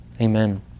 Amen